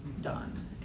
done